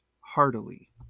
Heartily